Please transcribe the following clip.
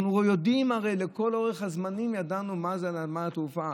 הרי אנחנו יודעים ולכל אורך הזמן ידענו מה זה נמל התעופה,